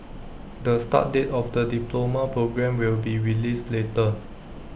the start date of the diploma programme will be released later